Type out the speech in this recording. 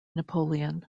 napoleon